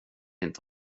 inte